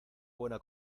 buena